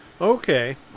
Okay